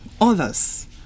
others